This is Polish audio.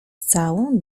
całą